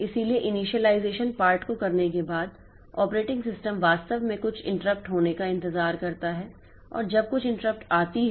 इसलिए initialisation part को करने के बाद ऑपरेटिंग सिस्टम वास्तव में कुछ इंटरप्ट होने का इंतजार करता है और जब कुछ इंटरप्ट आती है